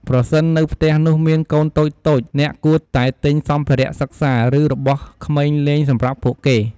ប្រសិននៅផ្ទះនោះមានកូនតូចៗអ្នកគួរតែទិញសម្ភារៈសិក្សា ឬរបស់ក្មេងលេងសម្រាប់ពួកគេ។